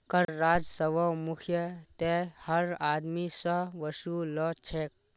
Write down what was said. कर राजस्वक मुख्यतयः हर आदमी स वसू ल छेक